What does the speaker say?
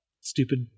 stupid